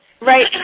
Right